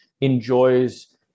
enjoys